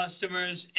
customers